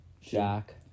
Jack